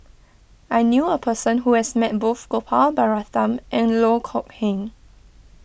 I knew a person who has met both Gopal Baratham and Loh Kok Heng